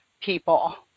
people